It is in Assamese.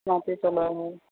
মটিৰ তলৰ হয়